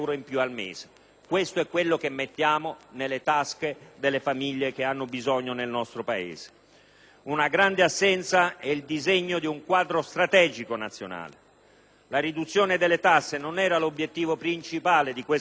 Questo è quello che mettiamo nelle tasche delle famiglie che hanno bisogno nel nostro Paese. Nel provvedimento una grande assenza è il disegno di un quadro strategico nazionale. La riduzione delle tasse non era l'obiettivo principale di questo Governo?